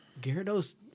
Gyarados